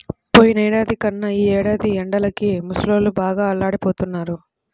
పోయినేడాది కన్నా ఈ ఏడాది ఎండలకి ముసలోళ్ళు బాగా అల్లాడిపోతన్నారు